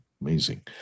Amazing